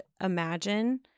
imagine